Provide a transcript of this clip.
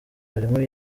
harimo